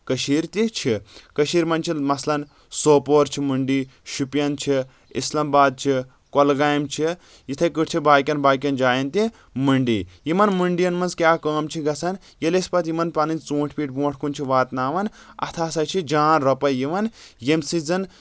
کٔشیٖر تہِ چھِ کٔشیٖر منٛز چھِ مثلن سوپور چھِ مٔنٛڈی شُپین چھِ اَسلام آباد چھِ کۄلگامہِ چھِ یِتھٕے کٲٹھۍ چھِ باقین باقین جایَن تہِ مٔنٛڈی یِمن منٛڈین منٛز کیاہ کٲم چھِ گژھان ییٚلہِ أسۍ پتہٕ یِمن پنٕنۍ ژوٗنٛٹھۍ پیٖٹ بونٛٹھ کُن چھِ واتناوان اتھ ہسا چھِ جان رۄپاے یِوان ییٚمہِ سۭتۍ زن